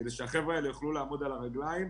כדי שהחבר'ה האלה יוכלו לעמוד על הרגליים,